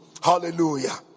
Hallelujah